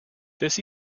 this